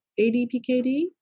ADPKD